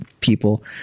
people